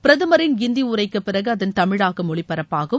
பிரதமரின் ஹிந்தி உளரக்குப் பிறகு அதன் தமிழாக்கம் ஒலிபரப்பாகும்